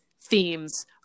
themes